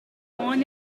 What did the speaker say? born